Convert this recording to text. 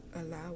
Allow